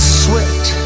sweat